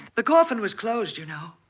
the coffin was closed, you know.